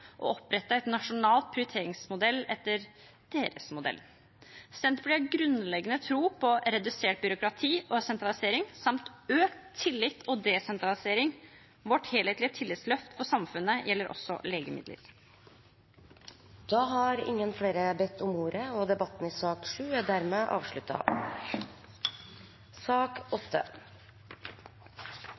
og opprette en nasjonal prioriteringsmodell etter deres modell. Senterpartiet har grunnleggende tro på redusert byråkrati og sentralisering, samt økt tillit og desentralisering. Vårt helhetlige tillitsløft for samfunnet gjelder også legemidler. Flere har ikke bedt om ordet til sak nr. 7. Etter ønske fra helse- og